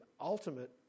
ultimate